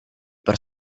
per